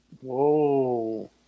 Whoa